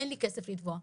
אין לי כסף לתבוע?